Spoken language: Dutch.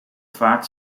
vaart